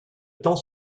temps